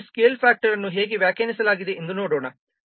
ಈಗ ಈ scale factor ಅನ್ನು ಹೇಗೆ ವ್ಯಾಖ್ಯಾನಿಸಲಾಗಿದೆ ಎಂದು ನೋಡೋಣ